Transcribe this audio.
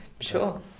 sure